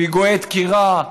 פיגועי דקירה,